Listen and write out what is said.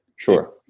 sure